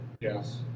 Yes